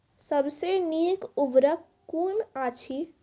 सबसे नीक उर्वरक कून अछि?